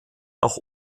auch